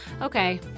Okay